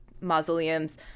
mausoleums